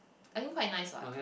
I think quite nice what